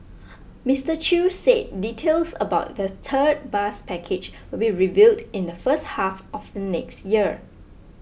Mister Chew said details about the third bus package will be revealed in the first half of the next year